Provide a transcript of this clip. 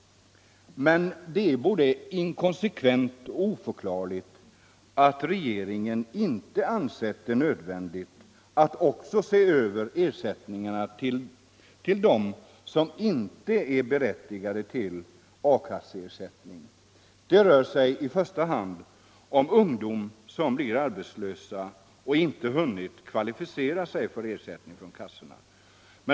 Men det är både inkonsekvent och oförklarligt att regeringen inte ansett det nödvändigt att också se över ersättningarna till dem som inte är berättigade till a-kasseersättning. Det gäller i första hand ungdomar som blir arbetslösa och inte hunnit kvalificera sig för ersättning från kassorna.